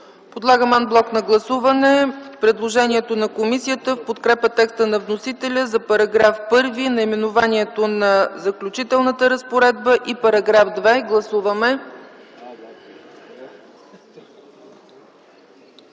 Подлагам ан блок на гласуване предложението на комисията в подкрепа текста на вносителя за § 1, наименованието „Заключителна разпоредба” и § 2. Гласували